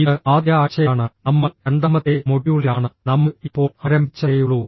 ഇത് ആദ്യ ആഴ്ചയാണ് നമ്മൾ രണ്ടാമത്തെ മൊഡ്യൂളിലാണ് നമ്മൾ ഇപ്പോൾ ആരംഭിച്ചതേയുള്ളൂ